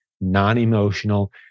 non-emotional